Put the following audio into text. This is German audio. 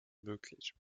möglich